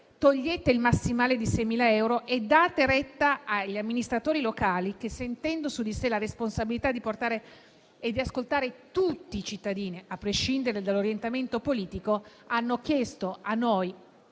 togliete il massimale di 6.000 euro e date retta agli amministratori locali, che, sentendo su di sé la responsabilità di ascoltare tutti i cittadini, a prescindere dall'orientamento politico, hanno chiesto a noi